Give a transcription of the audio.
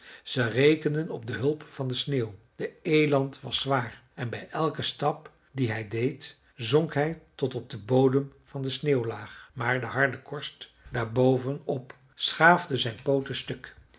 ze rekenden op de hulp van de sneeuw de eland was zwaar en bij elken stap dien hij deed zonk hij tot op den bodem van de sneeuwlaag maar de harde korst daar boven op schaafde zijn pooten stuk